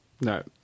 No